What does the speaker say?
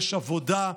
יש עבודה,